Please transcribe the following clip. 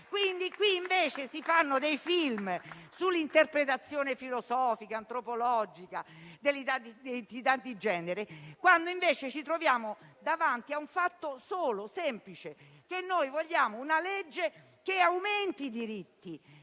sede, invece, si fanno dei film sull'interpretazione filosofica e antropologica dell'identità di genere, quando invece ci troviamo davanti a un fatto semplice: noi vogliamo una legge che aumenti i diritti,